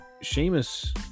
Sheamus